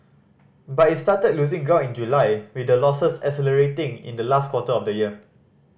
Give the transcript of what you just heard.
but it started losing ground in July with the losses accelerating in the last quarter of the year